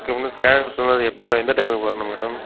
okay scan எடுக்கனும்ன்னா எப்போ எந்த டைமுக்கு வரனும் மேடம்